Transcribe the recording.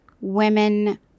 women